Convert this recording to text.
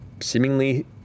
seemingly